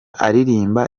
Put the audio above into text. aririmba